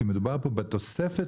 כי מדובר פה בתוספת